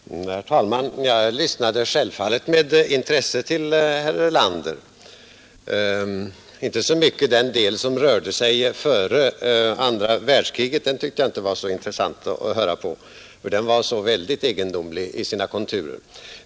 Herr talman! Jag lyssnade självfallet med intresse till herr Erlander. Den del som rörde sig om tiden före andra världskriget tyckte jag inte var så intressant att höra på, för den var väldigt egendomlig i sina konturer.